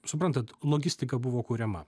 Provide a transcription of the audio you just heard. suprantat logistika buvo kuriama